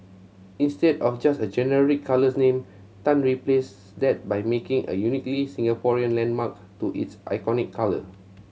instead of just a generic colour name Tan replaced that by matching a uniquely Singaporean landmark to its iconic colour